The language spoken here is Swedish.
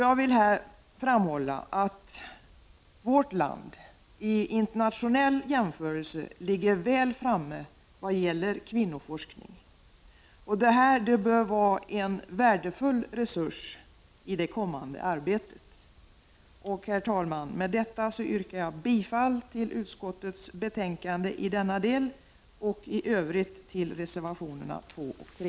Jag vill här framhålla att vårt land i internationell jämförelse ligger väl framme vad gäller kvinnoforskning. Detta bör vara en värdefull resurs i det kommande arbetet. Herr talman! Härmed yrkar jag bifall till utskottets hemställan i denna del och i övrigt till reservationerna 2 och 3.